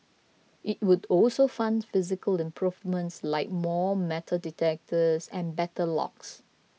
it would also fund physical improvements like more metal detectors and better locks